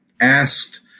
asked